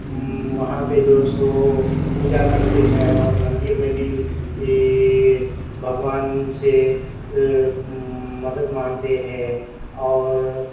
وہاں پہ جو ہے سو پوجا کرتے ہیں اور مندر میں بھی بھی بھگوان سے مدد مانگتے ہیں اور